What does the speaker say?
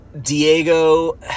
Diego